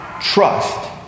trust